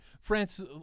France